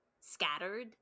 scattered